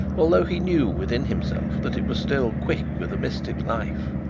although he knew within himself that it was still quick with a mystic life.